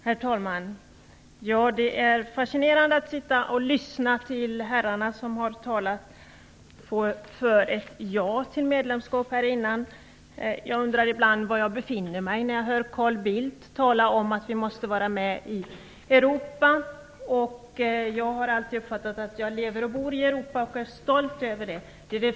Herr talman! Det är fascinerande att sitta och lyssna på herrarna som har talat för ett ja till medlemskap. Jag undrar ibland var jag befinner mig när jag hör Carl Bildt tala om att vi måste finnas med i Europa. Jag har alltid uppfattat att jag lever och bor i Europa, och jag är stolt över det.